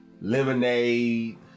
Lemonade